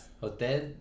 Hotel